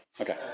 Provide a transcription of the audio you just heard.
Okay